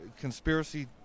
conspiracy